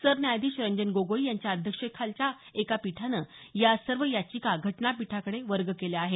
सरन्यायाधीश रंजन गोगोई यांच्या अध्यक्षतेखालच्या एका पीठानं या सर्व याचिका घटनापीठाकडे वर्ग केल्या आहेत